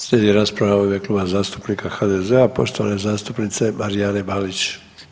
Slijedi rasprava u ime Kluba zastupnika HDZ-a poštovane zastupnice Marijane Balić.